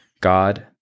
God